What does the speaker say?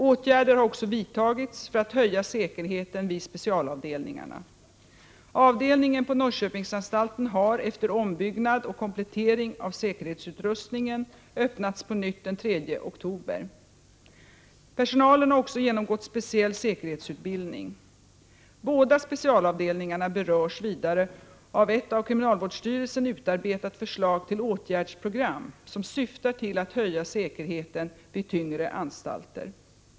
Åtgärder har också vidtagits för att höja säkerheten vid specialavdelningarna. Avdelningen på Norrköpingsanstalten har, efter ombyggnad och komplettering av säkerhetsutrustningen, öppnats på nytt den 3 oktober. Personalen har också genomgått speciell säkerhetsutbildning. Båda specialavdelningarna berörs vidare av ett av kriminalvårdsstyrelsen utarbetat förslag till åtgärdsprogram som syftar till att höja säkerheten vid tyngre anstalter.